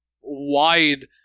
wide